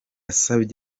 hassan